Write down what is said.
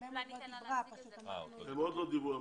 נציג מרכז המחקר עוד לא דיבר.